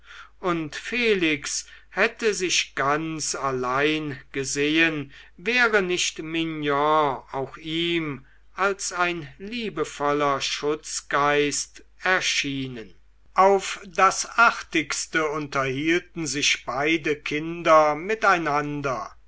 und felix hätte sich ganz allein gesehen wäre nicht mignon auch ihm als ein liebevoller schutzgeist erschienen auf das artigste unterhielten sich beide kinder miteinander